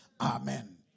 Amen